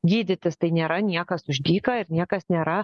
gydytis tai nėra niekas už dyką ir niekas nėra